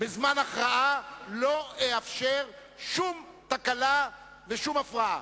בזמן הכרעה לא אאפשר שום תקלה ושום הפרעה.